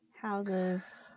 Houses